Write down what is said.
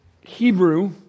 Hebrew